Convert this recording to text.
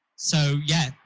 so, yeah,